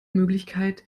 möglichkeit